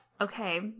okay